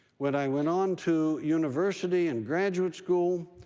when i went on to university and graduate school,